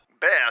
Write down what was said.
Best